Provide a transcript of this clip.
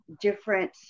different